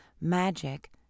magic